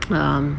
um